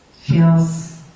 Feels